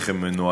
איך הם מנוהלים,